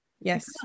Yes